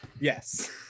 Yes